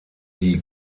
die